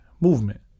movement